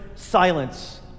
Silence